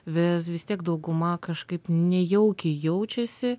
ves vis tiek dauguma kažkaip nejaukiai jaučiasi